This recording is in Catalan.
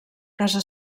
casa